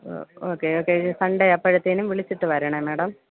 okay okay Sunday അപ്പോഴത്തേനും വിളിച്ചിട്ട് വരണേ മാഡം